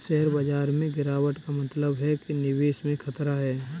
share बाजार में गिराबट का मतलब है कि निवेश में खतरा है